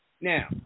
Now